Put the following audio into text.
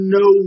no